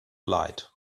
light